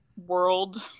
world